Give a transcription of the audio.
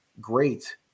great